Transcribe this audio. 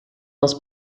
els